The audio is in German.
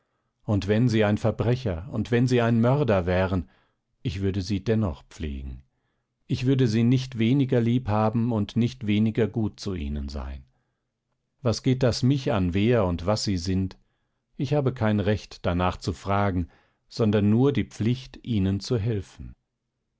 und wenn sie ein verbrecher und wenn sie ein mörder wären ich würde sie dennoch pflegen ich würde sie nicht weniger lieb haben und nicht weniger gut zu ihnen sein was geht das mich an wer und was sie sind ich habe kein recht danach zu fragen sondern nur die pflicht ihnen zu helfen